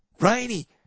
Rainey